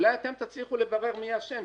אולי אתם תצליחו לברר מי האשם,